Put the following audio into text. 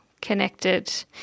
connected